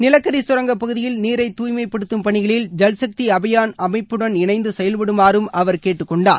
நிலக்கரி கரங்க பகுதியில் நீரை தூய்மைப்படுத்தும் பணிகளில் ஜல்சக்தி அபியான் அமைப்புடன் இணைந்து செயல்படுமாறும் அவர் கேட்டுக்கொண்டார்